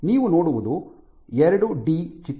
ನೀವು ನೋಡುವುದು ಎರಡು ಡಿ ಚಿತ್ರ